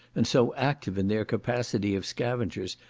and so active in their capacity of scavengers,